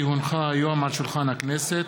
כי הונחו היום על שולחן הכנסת,